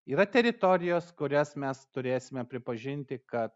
yra teritorijos kurias mes turėsime pripažinti kad